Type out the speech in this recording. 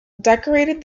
decorated